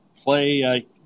play